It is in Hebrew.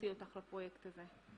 שהוציאה אותך לפרויקט הזה?